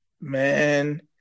Man